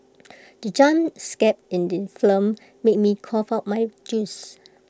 the jump scare in the film made me cough out my juice